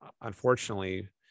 unfortunately